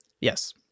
Yes